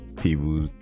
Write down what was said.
People